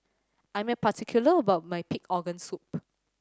I am particular about my pig organ soup